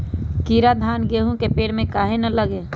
कीरा धान, गेहूं के पेड़ में काहे न लगे?